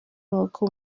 nk’uko